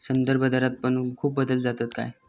संदर्भदरात पण खूप बदल जातत काय?